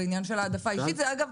זה עניין של העדפה אישית ואגב,